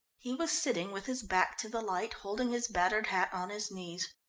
he was sitting with his back to the light, holding his battered hat on his knees.